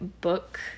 book